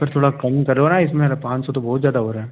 पर थोड़ा कम करो ना इसमें पाँच सौ तो बहुत ज़्यादा हो रहा है